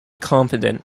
confident